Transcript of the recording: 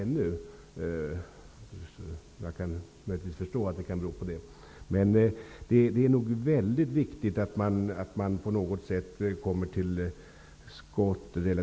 Jag kan möjligen förstå att det kan bero på det. Men det är nog väldigt viktigt att man på något sätt relativt snabbt kommer till skott.